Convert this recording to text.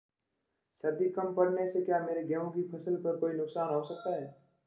सर्दी कम पड़ने से क्या मेरे गेहूँ की फसल में कोई नुकसान हो सकता है?